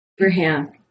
Abraham